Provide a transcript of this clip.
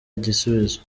igisubizo